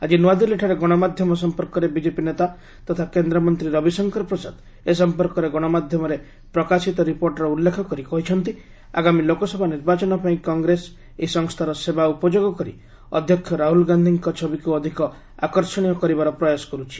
ଆଜି ନୂଆଦିଲ୍ଲୀଠାରେ ଗଣମାଧ୍ୟମ ସମ୍ମୁଖରେ ବିଜେପି ନେତା ତଥା କେନ୍ଦ୍ରମନ୍ତ୍ରୀ ରବିଶଙ୍କର ପ୍ରସାଦ ଏ ସମ୍ପର୍କରେ ଗଣମାଧ୍ୟମରେ ପ୍ରକାଶିତ ରିପୋର୍ଟ୍ର ଉଲ୍ଲେଖ କରି କହିଛନ୍ତି ଆଗାମୀ ଲୋକସଭା ନିର୍ବାଚନପାଇଁ କଂଗ୍ରେସ ଏହି ସଂସ୍ଥାର ସେବା ଉପଯୋଗ କରି ଅଧ୍ୟକ୍ଷ ରାହୁଲ୍ ଗାନ୍ଧିଙ୍କ ଛବିକୁ ଅଧିକ ଆକର୍ଷଣୀୟ କରିବାର ପ୍ରୟାସ କରୁଛି